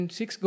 six